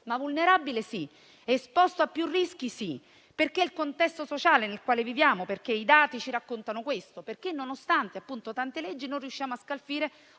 ma vulnerabile sì, esposto a più rischi sì, per il contesto sociale nel quale viviamo, perché i dati ci raccontano questo, perché, nonostante tante leggi, non riusciamo a scalfire